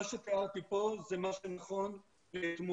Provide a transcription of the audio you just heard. מה שתיארתי פה זה מה שנכון לאתמול.